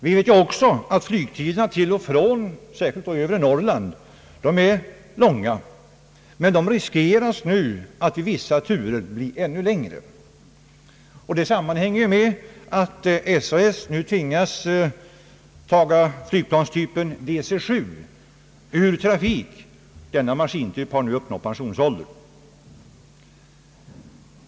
Vi vet också att flygtiderna fram och tillbaka, särskilt på övre Norrland, är långa, men man riskerar nu att de vid vissa turer blir ännu längre. Det sammanhänger med att SAS nu tvingas ta flygplanstypen DC 7 ur trafik. Denna maskintyp har nu uppnått pensionsåldern.